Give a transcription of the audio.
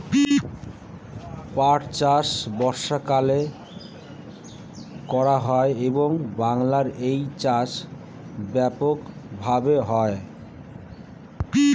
পাট চাষ বর্ষাকালে করা হয় এবং বাংলায় এই চাষ ব্যাপক ভাবে হয়